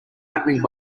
happening